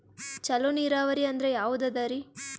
ಚಲೋ ನೀರಾವರಿ ಅಂದ್ರ ಯಾವದದರಿ?